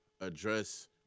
address